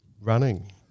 Running